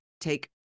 take